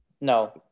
No